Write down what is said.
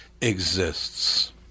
exists